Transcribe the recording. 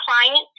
client